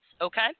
okay